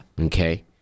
Okay